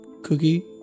Cookie